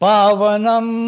Pavanam